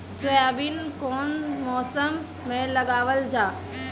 Soybean कौने मौसम में लगावल जा?